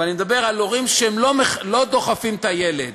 אבל אני מדבר על הורים שלא דוחפים את הילד,